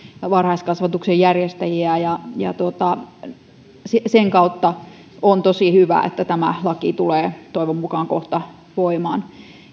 varhaiskasvatuksen järjestäjiä ja sitä kautta on tosi hyvä että tämä laki tulee toivon mukaan kohta voimaan